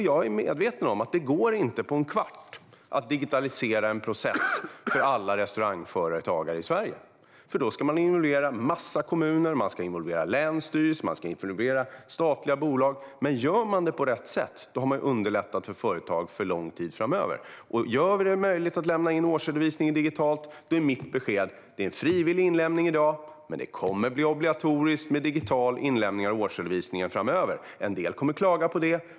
Jag är medveten om att det inte går på en kvart att digitalisera en process för alla restaurangföretagare i Sverige, eftersom man då ska involvera många kommuner, länsstyrelser och statliga bolag. Men gör man det på rätt sätt har man underlättat för företag för lång tid framöver. Gör vi det möjligt att lämna in årsredovisningen digitalt då är mitt besked att det är en frivillig inlämning i dag men att det kommer att bli obligatoriskt med digital inlämning av årsredovisningar framöver. En del kommer att klaga på det.